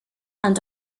and